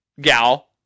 gal